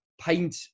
paint